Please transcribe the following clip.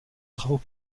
travaux